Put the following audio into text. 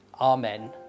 Amen